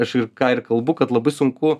aš ir ką ir kalbu kad labai sunku